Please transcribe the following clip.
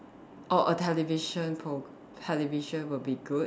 orh a television pro~ television would be good